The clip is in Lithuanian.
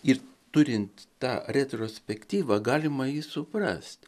ir turint tą retrospektyvą galima jį suprast